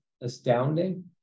Astounding